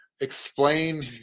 explain